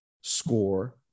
score